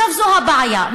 זו הבעיה.